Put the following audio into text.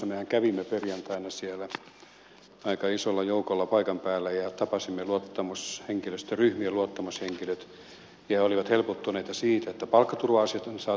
mehän kävimme perjantaina siellä aika isolla joukolla paikan päällä ja tapasimme henkilöstöryhmien luottamushenkilöt ja he olivat helpottuneita siitä että palkkaturva asiat on saatu kuntoon